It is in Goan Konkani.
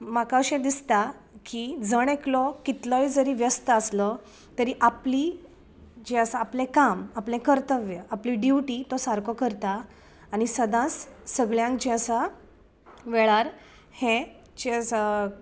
सो हें पळोवन म्हाका अशें दिसता की जण एकलो कितलोय जरी व्यस्थ आसलो तरी आपली जें आसा आपलें काम आपलें कर्तव्य आपली ड्युटी तो सारको करता आनी सदांच सगळ्यांक जें आसा वेळार हें जें आसा